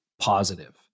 positive